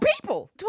people